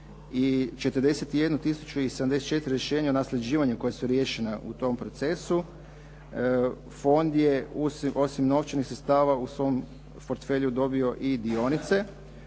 i 74 rješenja nasljeđivanjem koja su riješena u tom procesu. Fond je osim novčanih sredstava u svom portfelju dobio i dionice